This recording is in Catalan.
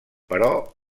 però